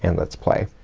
and let's play.